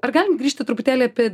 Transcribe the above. ar galim grįžti truputėlį apie